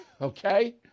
Okay